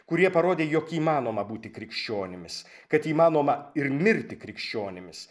kurie parodė jog įmanoma būti krikščionimis kad įmanoma ir mirti krikščionimis